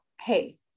hey